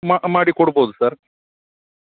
ಮ ಮಾಡಿ ಕೊಡ್ಬೋದು ಸರ್